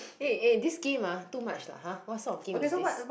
eh this game eh too much lah !ha! what sort of game is this